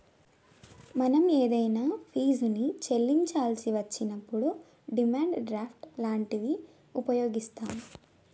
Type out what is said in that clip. మనం ఏదైనా ఫీజుని చెల్లించాల్సి వచ్చినప్పుడు డిమాండ్ డ్రాఫ్ట్ లాంటివి వుపయోగిత్తాం